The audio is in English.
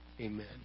Amen